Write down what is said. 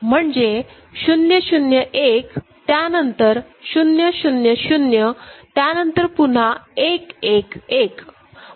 म्हणजे 0 0 1 त्यानंतर 0 0 0 त्यानंतर पुन्हा 1 1 1